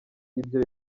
ibye